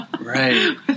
Right